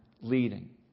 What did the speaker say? leading